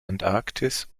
antarktis